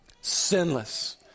Sinless